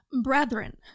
Brethren